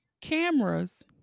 cameras